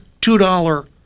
two-dollar